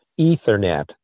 Ethernet